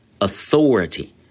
authority